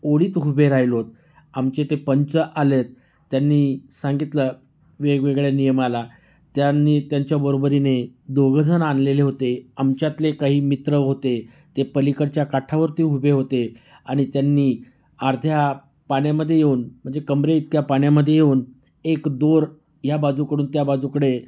ओळीत उभे राहिलो आहोत आमचे ते पंच आले आहेत त्यांनी सांगितलं वेगवेगळ्या नियमाला त्यांनी त्यांच्या बरोबरीने दोघंजण आणलेले होते आमच्यातले काही मित्र होते ते पलीकडच्या काठावरती उभे होते आणि त्यांनी अर्ध्या पाण्यामध्ये येऊन म्हणजे कमरेइतक्या पाण्यामध्ये येऊन एक दोर ह्या बाजूकडून त्या बाजूकडे